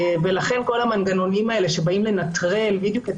כל המנגנונים שבאים לנטרל בדיוק את